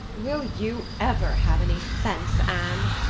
will you ever have any sense, anne?